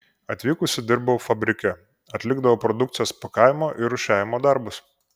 atvykusi dirbau fabrike atlikdavau produkcijos pakavimo ir rūšiavimo darbus